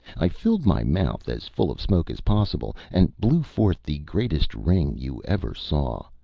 i filled my mouth as full of smoke as possible, and blew forth the greatest ring you ever saw,